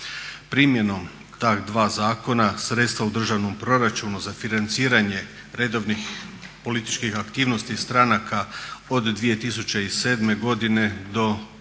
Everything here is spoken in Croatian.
Primjenom ta dva zakona sredstva u državnom proračunu za financiranje redovnih političkih aktivnosti stranaka od 2007. godine do ove